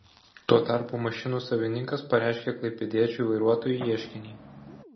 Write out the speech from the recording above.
tuo tarpu mašinų savininkas pareiškė klaipėdiečiui vairuotojui ieškinį